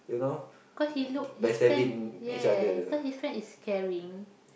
cause he look his friend yes some of his friend is caring